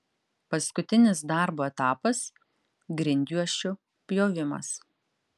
paskutinis darbo etapas grindjuosčių pjovimas